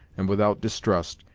and without distrust,